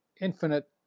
infinite